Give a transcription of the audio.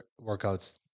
workouts